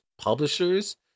publishers